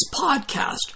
podcast